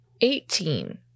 Eighteen